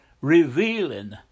revealing